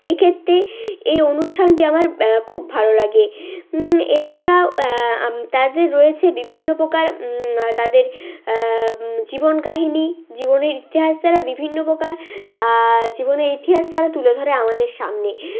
এই ক্ষেত্রে এই অনুষ্ঠানটি আমার খুব ভালো লাগে এছাড়াও তাদের রয়েছে বিভিন্ন প্রকার তাদের জীবন কাহিনি জীবনের ইতিহাস তারা বিভিন্ন প্রকার জীবনের ইতিহাস তারা তুলে ধরে আমাদের সামনে